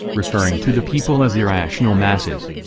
referring to the people as irrational masses.